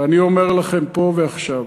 ואני אומר לכם, פה ועכשיו: